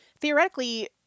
theoretically